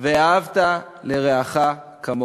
"ואהבת לרעך כמוך".